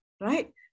right